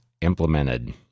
implemented